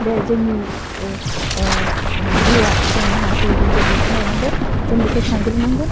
बे जोंनि ओह ओह जिउआ जों मा हासहैगोन जों बेखौ नायनांगोन जों बेखौ सानग्रोनांगोन